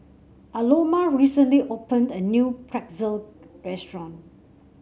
Aloma recently opened a new Pretzel restaurant